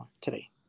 today